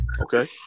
Okay